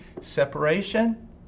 separation